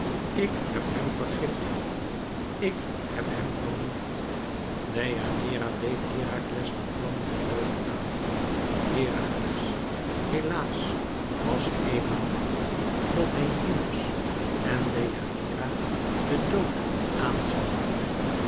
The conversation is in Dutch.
ik heb hem vergiftigd ik heb hem vermoord deianeira deed herakles den vlammenden dood aan herakles helaas was eenmaal bang dat hij hyllos en deianeira den dood aan zoû doen